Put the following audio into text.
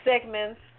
segments